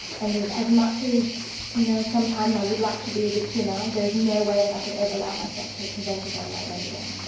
and as as much as you know as sometimes i would like to be a bit thinner, there is no way that i could ever allow myself to to venture down that road again.